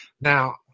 Now